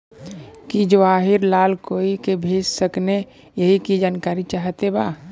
की जवाहिर लाल कोई के भेज सकने यही की जानकारी चाहते बा?